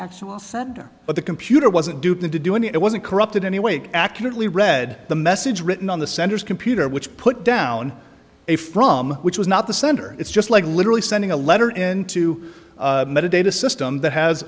actual center but the computer wasn't duped into doing it it wasn't corrupted anyway it accurately read the message written on the center's computer which put down a from which was not the sender it's just like literally sending a letter and to meditate a system that has